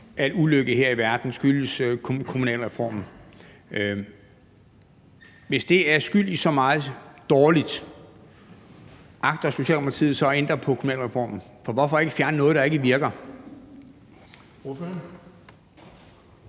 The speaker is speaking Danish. al ulykke her i verden skyldes kommunalreformen. Hvis den er skyld i så meget dårligt, agter Socialdemokratiet så at ændre på kommunalreformen? For hvorfor ikke fjerne noget, der ikke virker?